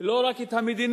לא רק את המדיניות,